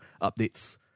updates